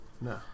No